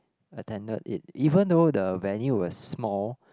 attended it even though the venue was small